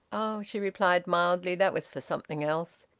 oh! she replied mildly. that was for something else.